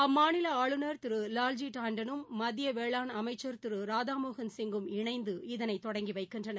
அம்மாநில ஆளுநர் திரு வால்ஜி டாண்டன் மத்திய வேளாண் அமைச்சர் திரு ராதா மோகன்சிங்கும் இணைந்து இதனை தொடங்கி வைக்கின்றனர்